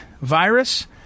virus